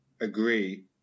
agree